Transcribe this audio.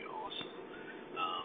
awesome